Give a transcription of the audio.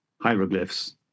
hieroglyphs